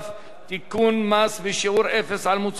מס בשיעור אפס על מוצרי מזון בסיסיים),